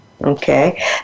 Okay